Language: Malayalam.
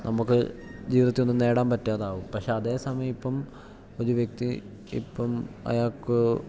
നമുക്ക് ജീവിതത്തിൽ ഒന്നും നേടാൻ പറ്റാതാവും പക്ഷേ അതേ സമയം ഇപ്പം ഒരു വ്യക്തി ഇപ്പം അയാൾക്ക്